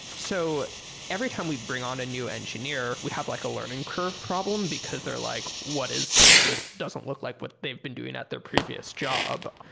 so every time we bring on a new engineer, we have like a learning curve problem, because they're like, what is this? it doesn't look like what they've been doing at their previous job.